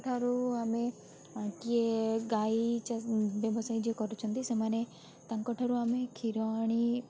ଠାରୁ ଆମେ କିଏ ଗାଈ ଚାଷ ବ୍ୟବସାୟ ଯିଏ କରୁଛନ୍ତି ସେମାନେ ତାଙ୍କ ଠାରୁ ଆମେ କ୍ଷୀର ଆଣି